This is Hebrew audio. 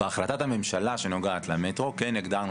בהחלטת הממשלה שנוגעת למטרו כן הגדרנו